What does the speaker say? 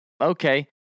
okay